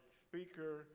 speaker